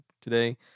today